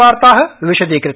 वार्ताः विशदीकृत्य